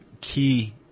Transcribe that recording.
key